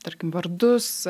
tarkim vardus